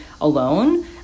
alone